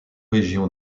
région